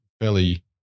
fairly